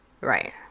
Right